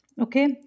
Okay